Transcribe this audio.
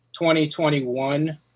2021